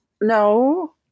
no